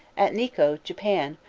at nikko, japan,